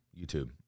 YouTube